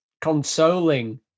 consoling